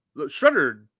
Shredder